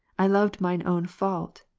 i loved mine own fault,